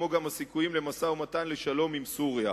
כמו גם הסיכויים למשא-ומתן לשלום עם סוריה.